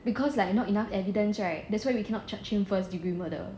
because like not enough evidence right that's why we cannot charge him first degree murder